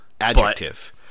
Adjective